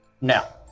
Now